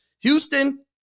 Houston